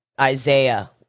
Isaiah